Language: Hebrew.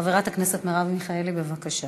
חברת הכנסת מרב מיכאלי, בבקשה.